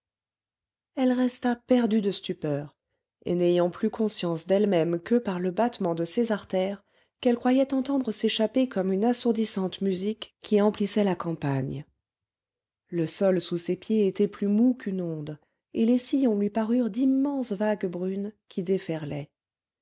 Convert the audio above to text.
elle resta perdue de stupeur et n'ayant plus conscience d'ellemême que par le battement de ses artères qu'elle croyait entendre s'échapper comme une assourdissante musique qui emplissait la campagne le sol sous ses pieds était plus mou qu'une onde et les sillons lui parurent d'immenses vagues brunes qui